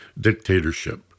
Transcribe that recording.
dictatorship